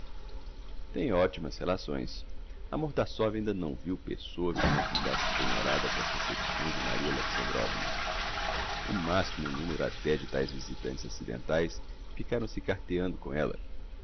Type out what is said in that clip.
tem optimas relações a mordassov ainda não veiu pessoa que não ficasse penhorada com as recepções de maria alexandrovna o maximo numero até de taes visitantes accidentaes ficaram se carteando com ella